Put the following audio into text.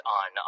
on